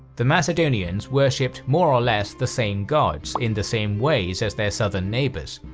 the macedonians worshipped more or less the same gods in the same ways as their southern neighbours.